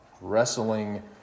wrestling